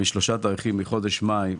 משלושה תאריכים: מחודש מאי,